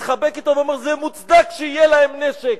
מתחבק אתו ואומר: זה מוצדק שיהיה להם נשק.